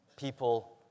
people